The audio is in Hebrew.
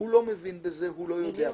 לא מבין בזה, הוא לא יודע.